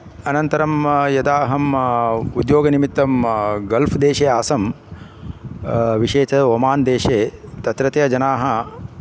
अनन्तरं यदा अहम् उद्योगनिमित्तं गल्फ़देशे आसम् विशेषतः ओमान् देशे तत्रत्यजनाः